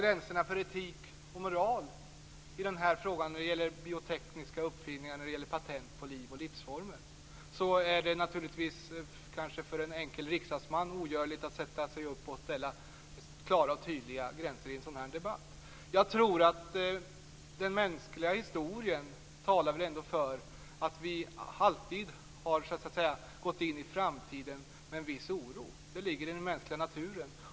Gränserna för etik och moral när det gäller biotekniska uppfinningar och patent på liv och livsformer är för en enkel riksdagsman ogörligt att ställa. Man kan inte sätta upp klara och tydliga gränser i en sådan här debatt. Den mänskliga historien talar väl ändå för att vi alltid gått in i framtiden med en viss oro. Det ligger i den mänskliga naturen.